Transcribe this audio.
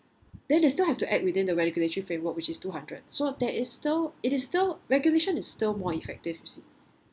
then they still have to act within the regulatory framework which is two hundred so there is still it is still regulation is still more effective you see